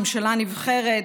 ממשלה נבחרת.